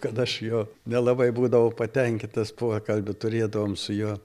kad aš juo nelabai būdavau patenkintas pokalbių turėdavom su juo